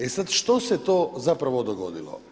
E sada što se to zapravo dogodilo?